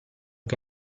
che